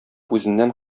үзеннән